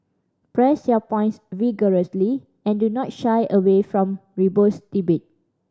press your points vigorously and do not shy away from robust debate